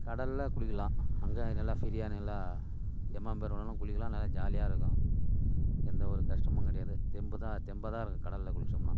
கடலில் குளிக்கலாம் அங்கே நல்லா ஃப்ரீயாக நல்லா எம்மாம்பேர் வேணாலும் குளிக்கலாம் நல்லா ஜாலியாக இருக்கும் எந்தவொரு கஷ்டமும் கிடையாது தெம்புதான் தெம்பாகதான் இருக்கும் கடலில் குளித்தோம்னா